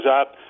up